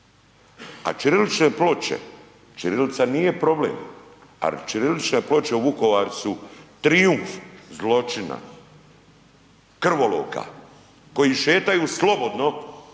A ćirilične ploče, ćirilica nije problem, ali ćirilične ploče u Vukovaru su trijumf zločina, krvoloka koji šetaju slobodno jer